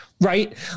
right